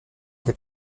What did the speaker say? des